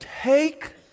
Take